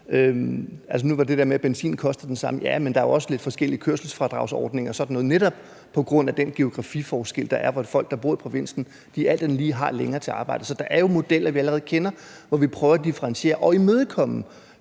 måde. Til det der med, at benzin koster det samme, vil jeg sige, at der jo også er lidt forskellige kørselsfradragsordninger på grund af den geografiforskel, der er, hvor folk, der bor i provinsen, alt andet lige har længere til arbejde. Så der er jo modeller, vi allerede kender, hvor vi prøver at differentiere og imødekomme